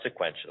sequentially